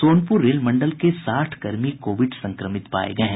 Sonpur rail मंडल के साठ कर्मी कोविड संक्रमित पाये गये हैं